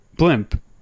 Blimp